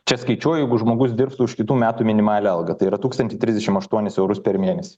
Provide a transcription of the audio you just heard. čia skaičiuoju jeigu žmogus dirbtų už kitų metų minimalią algą tai yra tūkstantį trisdešim aštuonis eurus per mėnesį